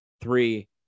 three